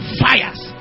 fires